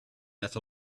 that